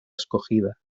escogida